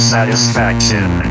Satisfaction